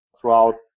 throughout